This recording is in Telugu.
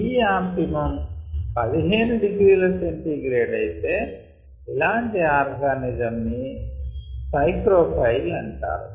Tఆప్టిమమ్ 15 ºC అయితే ఇలాంటి ఆర్గానిజం ని సైక్రో ఫైల్ అంటారు